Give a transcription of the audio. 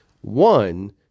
One